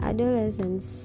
Adolescence